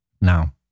Now